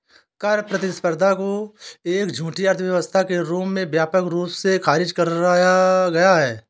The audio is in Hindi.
कर प्रतिस्पर्धा को एक झूठी अर्थव्यवस्था के रूप में व्यापक रूप से खारिज करा गया है